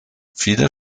viele